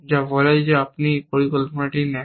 যা বলে যে আপনি পরিকল্পনাটি নেন